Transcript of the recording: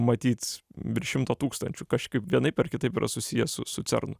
matyt virš šimto tūkstančių kažkaip vienaip ar kitaip yra susiję su su cernu